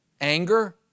anger